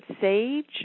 sage